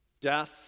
Death